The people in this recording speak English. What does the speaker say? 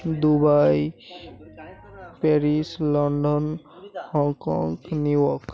Dubai Paris London Hong Kong New York